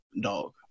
dog